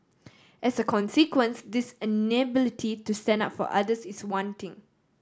as a consequence this inability to stand up for others is one thing